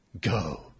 go